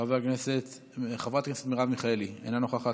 חבר הכנסת עודד פורר, אינו נוכח,